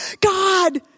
God